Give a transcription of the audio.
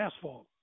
asphalt